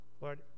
Lord